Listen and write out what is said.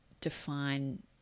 define